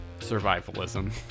survivalism